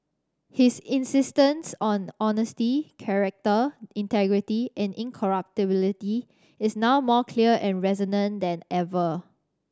his insistence on honesty character integrity and incorruptibility is now more clear and resonant than ever